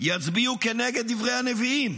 יצביעו כנגד דברי הנביאים?